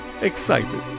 excited